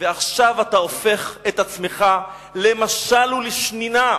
ועכשיו אתה הופך את עצמך למשל ולשנינה,